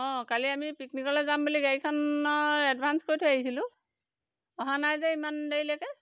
অঁ কালি আমি পিকনিকলৈ যাম বুলি গাড়ীখনৰ এডভান্স কৰি থৈ আহিছিলোঁ অহা নাই যে ইমান দেৰিলৈকে